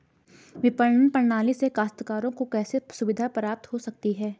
विपणन प्रणाली से काश्तकारों को कैसे सुविधा प्राप्त हो सकती है?